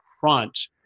front